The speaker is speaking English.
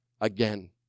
again